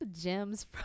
gems